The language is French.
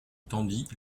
tendit